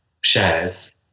shares